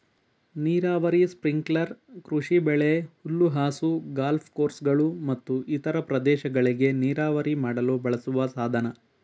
ನೀರಾವರಿ ಸ್ಪ್ರಿಂಕ್ಲರ್ ಕೃಷಿಬೆಳೆ ಹುಲ್ಲುಹಾಸು ಗಾಲ್ಫ್ ಕೋರ್ಸ್ಗಳು ಮತ್ತು ಇತರ ಪ್ರದೇಶಗಳಿಗೆ ನೀರಾವರಿ ಮಾಡಲು ಬಳಸುವ ಸಾಧನ